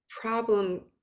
problem